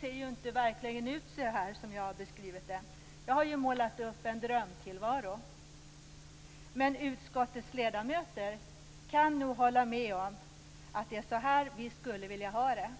ser inte verkligheten ut så som jag har beskrivit det. Jag har målat upp en drömtillvaro. Men utskottets ledamöter kan nog hålla med om att det är så vi skulle vilja ha det.